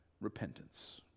repentance